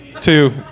two